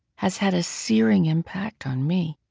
has had a searing impact on me.